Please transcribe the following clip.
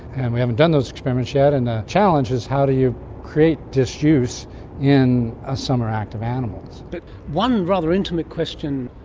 and we haven't done those experiments yet, and the challenge is how do you create disuse in a summer-active animal? but one rather intimate question,